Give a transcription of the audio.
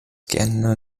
gerne